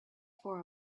for